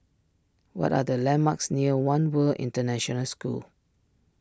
what are the landmarks near one World International School